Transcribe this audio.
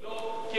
אבל לא לי.